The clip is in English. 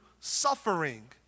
suffering